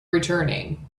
returning